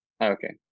okay